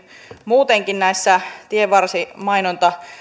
muutenkin näissä tienvarsimainonta